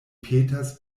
petas